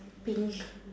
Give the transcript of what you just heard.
pink